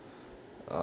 ah